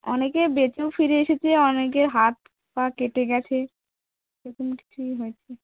অনেকে বেঁচেও ফিরে এসেছে অনেকের হাত পা কেটে গেছে এরকম কিছুই হয়েছে